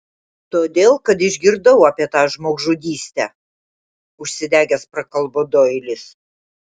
todėl kad išgirdau apie tą žmogžudystę užsidegęs prakalbo doilis